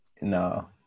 No